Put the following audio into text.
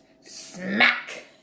Smack